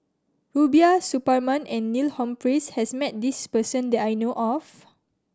Rubiah Suparman and Neil Humphreys has met this person that I know of